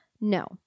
No